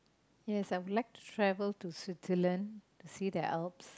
yes I would like to travel to Switzerland to see their Alps